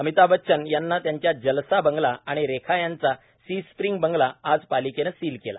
अमिताभ बच्चन यांना यांचा जलसा बंगला आणि रेखा यांचा सी स्प्रिंग बंगला आज पालिकेनं सील केला